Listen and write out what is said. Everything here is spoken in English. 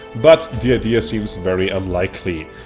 but the idea seems very unlikely.